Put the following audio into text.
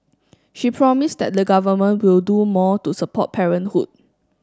she promised that the Government will do more to support parenthood